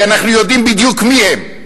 כי אנחנו יודעים בדיוק מי הם,